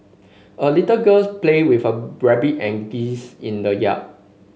a little girl played with her rabbit and geese in the yard